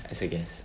as a guest